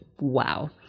wow